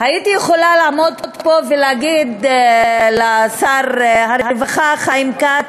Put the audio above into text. הייתי יכולה לעמוד פה ולהגיד לשר הרווחה חיים כץ,